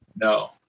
No